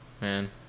man